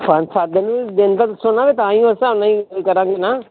ਅੱਛਾ ਅੱਛਾ ਦਿਨ ਵੀ ਦਿਨ ਤਾਂ ਦੱਸੋ ਨਾ ਫਿਰ ਤਾਂ ਹੀ ਉਸ ਹਿਸਾਬ ਨਾਲ਼ ਅਸੀਂ ਕਰਾਂਗੇ ਨਾ